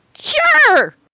Sure